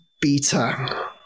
Beta